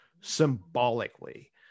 symbolically